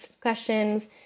questions